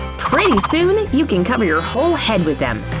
pretty soon, you can cover your whole head with them!